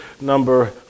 number